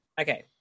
Okay